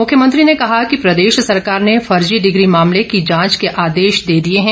मुख्यमंत्री ने कहा कि प्रदेश सरकार ने फर्जी डिग्री मामले की जांच के आदेश दे दिए हैं